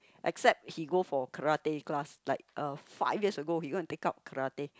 except he go for karate class like uh five years ago he go and take up karate